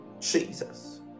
jesus